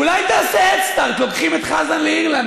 אולי תעשה הדסטארט: לוקחים את חזן לאירלנד,